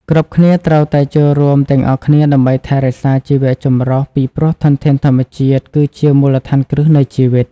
គ្រប់គ្នាត្រូវតែចូលរួមទាំងអស់គ្នាដើម្បីថែរក្សាជីវៈចម្រុះ ពីព្រោះធនធានធម្មជាតិគឺជាមូលដ្ឋានគ្រឹះនៃជីវិត